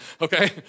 Okay